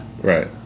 right